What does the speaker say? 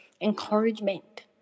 encouragement